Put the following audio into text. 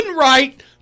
right